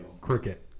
cricket